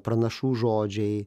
pranašų žodžiai